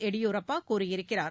எடியூரப்பா கூறியிருக்கிறார்